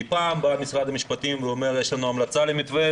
כי פעם בא משרד המשפטים ואומר: יש לנו המלצה למתווה,